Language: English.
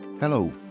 Hello